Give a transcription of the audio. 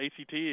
ACT